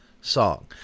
song